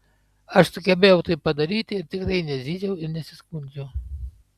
aš sugebėjau tai padaryti ir tikrai nezyziau ir nesiskundžiau